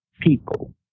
people